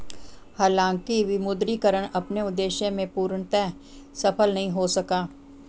हालांकि विमुद्रीकरण अपने उद्देश्य में पूर्णतः सफल नहीं हो सका